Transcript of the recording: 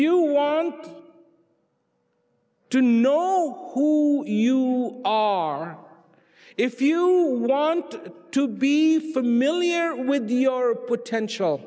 you want to know who you are if you want to be familiar with your potential